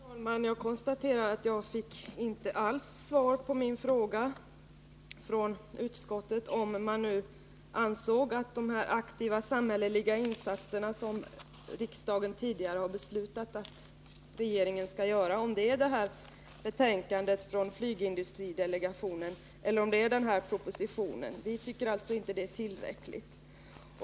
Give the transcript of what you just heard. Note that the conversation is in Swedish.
Herr talman! Jag konstaterar att jag inte alls fick svar på min fråga om utskottet anser att de aktiva samhälleliga insatser som riksdagen tidigare har beslutat att regeringen skall göra består av betänkandet från flygindustridelegationen eller av propositionen. Vi tycker alltså inte att det är tillräckligt.